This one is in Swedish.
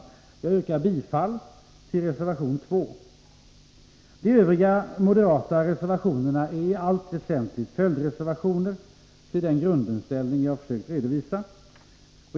Jag yrkar bifall till reservation 2. De övriga moderata reservationerna är i allt väsentligt följdreservationer, baserade på den grundinställning jag här har försökt redovisa.